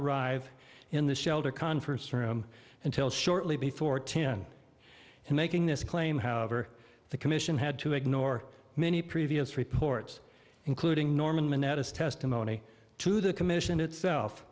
arrive in the shoulder conference room until shortly before ten and making this claim however the commission had to ignore many previous reports including norman minette is testimony to the commission itself